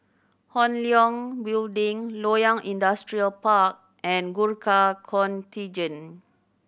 Hong Leong Building Loyang Industrial Park and Gurkha Contingent